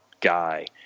guy